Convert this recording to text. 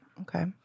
okay